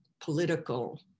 political